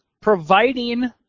providing